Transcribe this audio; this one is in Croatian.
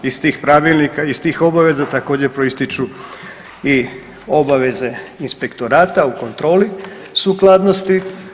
Iz tih pravilnika, iz tih obaveza također, proističu i obaveze inspektorata u kontroli sukladnosti.